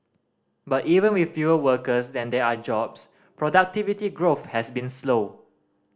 but even with fewer workers than there are jobs productivity growth has been slow